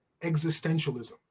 existentialism